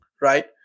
right